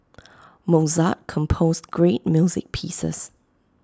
Mozart composed great music pieces